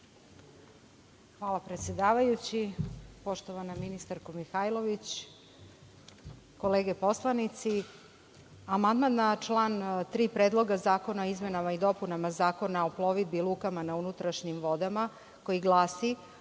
Hvala, predsedavajući. Poštovana ministarko Mihajlović, kolege poslanici, amandman na član 3. Predloga zakona o izmenama i dopunama Zakona o plovidbi i lukama na unutrašnjim vodama, koji glasi: